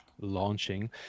launching